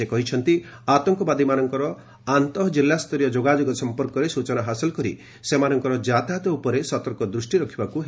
ସେ କହିଛନ୍ତି ଆତଙ୍କବାଦୀଙ୍କର ଆନ୍ତଃ ଜିଲ୍ଲାସ୍ତରୀୟ ଯୋଗାଯୋଗ ସଂପର୍କରେ ସୂଚନା ହାସଲ କରି ସେମାନଙ୍କର ଯାତାୟତ ଉପରେ ସତର୍କ ଦୃଷ୍ଟି ରଖିବାକୁ ହେବ